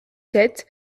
sept